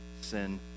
sin